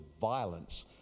violence